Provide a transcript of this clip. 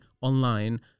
online